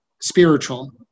spiritual